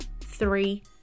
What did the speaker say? three